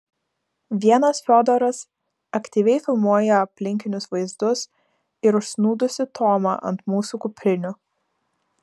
vienas fiodoras aktyviai filmuoja aplinkinius vaizdus ir užsnūdusį tomą ant mūsų kuprinių